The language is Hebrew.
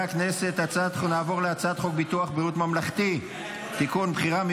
להוסיף את יושב-ראש הקואליציה.